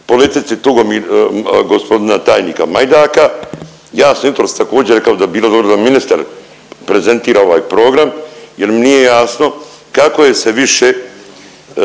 politici Tugo… gospodina tajnika Majdaka. Ja sam jutros također rekao da bi bilo dobro da ministar prezentira ovaj program jer mi nije jasno kako je se više